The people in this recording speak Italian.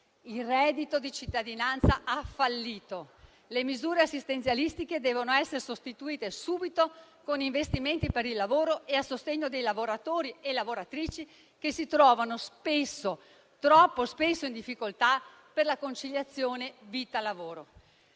Il reddito di cittadinanza ha fallito. Le misure assistenzialistiche devono essere sostituite subito con investimenti per il lavoro e a sostegno dei lavoratori e delle lavoratrici che si trovano spesso - troppo spesso - in difficoltà per la conciliazione vita-lavoro.